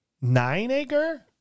Nine-acre